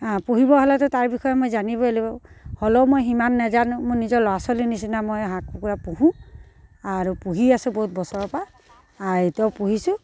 হা পুহিব হ'লেতো তাৰ বিষয়ে মই জানিবয়েই লাগিব হ'লেও মই সিমান নাজানো মই নিজৰ ল'ৰা ছোৱালীৰ নিচিনা মই হাঁহ কুকুৰা পুহোঁ আৰু পুহি আছো বহুত বছৰৰপৰা এতিয়াও পুহিছোঁ